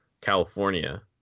California